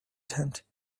tent